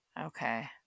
Okay